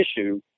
issue